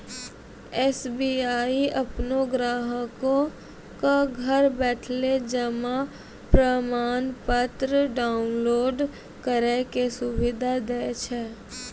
SBI अपनो ग्राहको क घर बैठले जमा प्रमाणपत्र डाउनलोड करै के सुविधा दै छै